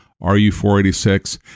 RU-486